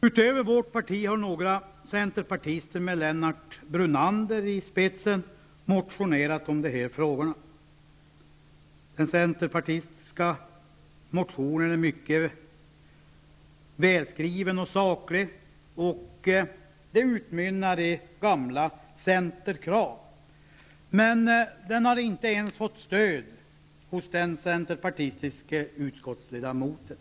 Utöver vårt parti har några centerpartister med Lennart Brunander i spetsen motionerat om de här frågorna. Den centerpartistiska motionen är mycket välskriven och saklig, och den utmynnar i gamla centerkrav, men den har inte ens fått stöd hos den centerpartistiske utskottsledamoten.